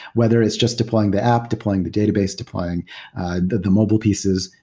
whether it's just deploying the app, deploying the database, deploying the the mobile pieces,